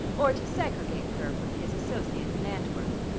or to segregate her from his associates in antwerp.